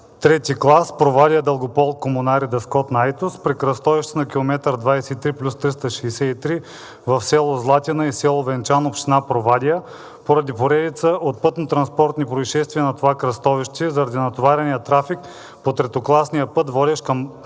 път Ш-208 Провадия – Дългопол – Комунари – Дъскотна – Айтос при кръстовището на км 23+363 за село Златина и село Венчан, община Провадия, поради поредица от пътнотранспортни произшествия на това кръстовище заради натоварения трафик по третокласния път, водещ до